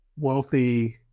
wealthy